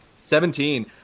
Seventeen